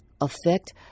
affect